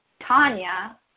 tanya